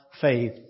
faith